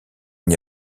n’y